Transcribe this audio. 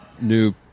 new